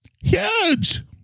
Huge